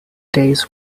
day’s